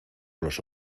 los